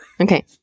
Okay